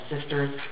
sisters